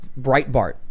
Breitbart